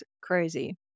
crazy